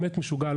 באמת משוגע,